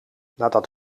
nadat